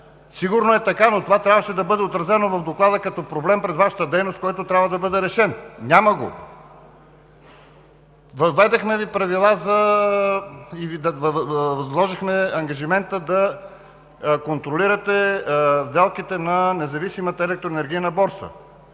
Сигурно е така, но това трябваше да бъде отразено в Доклада като проблем пред Вашата дейност, който трябва да бъде решен. Няма го! Въведохме Ви правила и Ви възложихме ангажимента да контролирате сделките на независимата Електроенергийна борса.